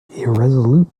irresolute